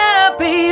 Happy